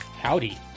Howdy